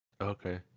Okay